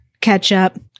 ketchup